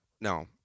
No